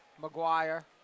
Maguire